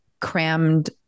crammed